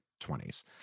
20s